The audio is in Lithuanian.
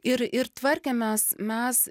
ir ir tvarkėmės mes